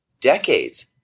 decades